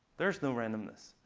there's no randomness.